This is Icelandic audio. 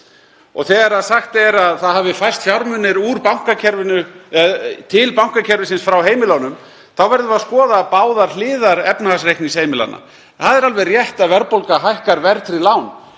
Og þegar sagt er að fjármunir hafi færst til bankakerfisins frá heimilunum þá verðum við að skoða báðar hliðar efnahagsreiknings heimilanna. Það er alveg rétt að verðbólga hækkar verðtryggð lán.